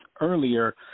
earlier